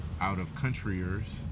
out-of-countryers